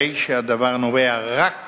הרי שהדבר נובע רק